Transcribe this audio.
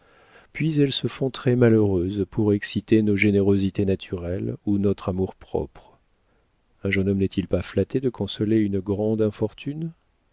puis elles se font très malheureuses pour exciter nos générosités naturelles ou notre amour-propre un jeune homme n'est-il pas flatté de consoler une grande infortune